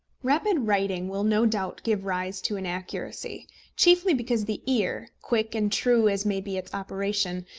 rapid writing will no doubt give rise to inaccuracy chiefly because the ear, quick and true as may be its operation,